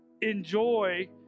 enjoy